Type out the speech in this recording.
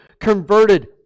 converted